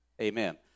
Amen